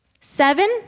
Seven